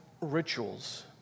rituals